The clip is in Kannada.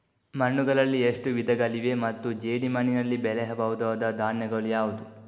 ಮಣ್ಣುಗಳಲ್ಲಿ ಎಷ್ಟು ವಿಧಗಳಿವೆ ಮತ್ತು ಜೇಡಿಮಣ್ಣಿನಲ್ಲಿ ಬೆಳೆಯಬಹುದಾದ ಧಾನ್ಯಗಳು ಯಾವುದು?